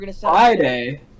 Friday